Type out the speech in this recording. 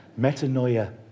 Metanoia